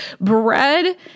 bread